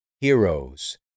heroes